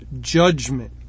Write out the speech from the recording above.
judgment